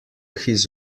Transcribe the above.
his